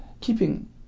keeping